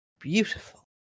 beautiful